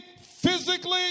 physically